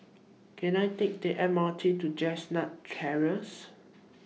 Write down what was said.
Can I Take The M R T to Chestnut Terrace